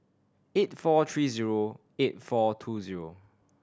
eight four three zero four eight two zero